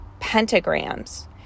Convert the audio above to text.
pentagrams